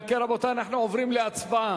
אם כן, רבותי, אנחנו עוברים להצבעה.